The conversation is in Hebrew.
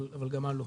אבל גם מה לא.